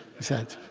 he said.